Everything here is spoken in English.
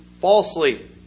falsely